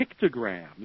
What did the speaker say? pictograms